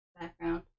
background